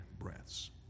breaths